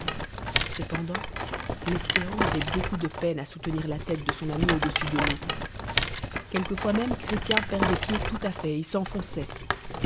cependant l'espérant avoit beaucoup de peine à soutenir la tête de son ami au-dessus de l'eau quelquefois même chrétien perdoit pied tout-à-fait et s'enfouçoil